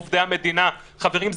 עובדי המדינה: חברים,